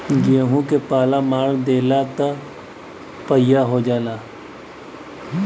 गेंहू के पाला मार देला त पइया हो जाला